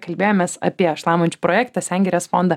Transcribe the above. kalbėjomės apie šlamančių projektą sengirės fondą